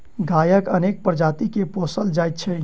गायक अनेक प्रजाति के पोसल जाइत छै